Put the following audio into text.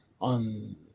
on